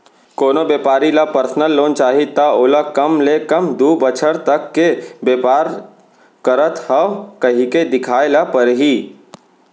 कोनो बेपारी ल परसनल लोन चाही त ओला कम ले कम दू बछर तक के बेपार करत हँव कहिके देखाए ल परही